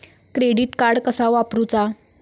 Credit card कसा वापरूचा?